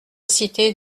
cité